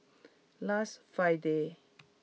last Friday